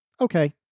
Okay